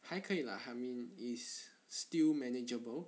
还可以 lah I mean it's still manageable